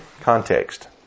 context